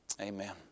Amen